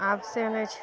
आब से नहि छै